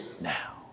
Now